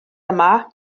yma